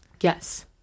Yes